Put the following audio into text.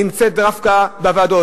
נמצאת דווקא בוועדות?